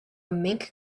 mink